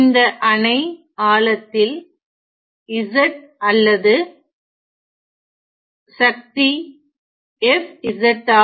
இந்த அணை ஆழத்தில் z அல்லது சக்தி f z